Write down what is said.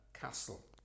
castle